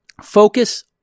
focus